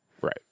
Right